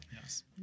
Yes